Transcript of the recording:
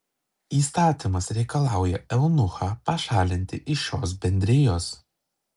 įstatymas reikalauja eunuchą pašalinti iš šios bendrijos